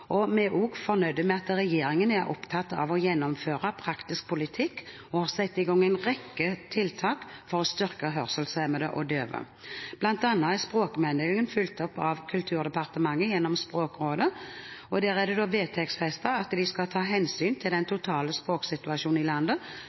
Vi er også fornøyd med at regjeringen er opptatt av å gjennomføre praktisk politikk og har satt igang en rekke tiltak for å styrke hørselshemmede og døve. Blant annet er språkmeldingen fulgt opp av Kulturdepartementet gjennom Språkrådet, og der er det vedtektsfestet at de skal ta hensyn til den totale språksituasjonen i